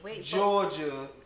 Georgia